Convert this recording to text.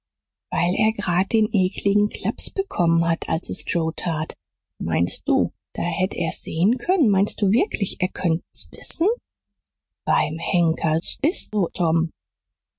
weil er grad den ekligen klaps bekommen hatte als es joe tat meinst du da hätt er's sehen können meinst du wirklich er könnt's wissen beim henker s ist so tom